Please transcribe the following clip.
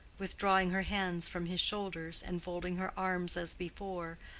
withdrawing her hands from his shoulders, and folding her arms as before,